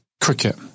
Cricket